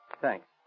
Thanks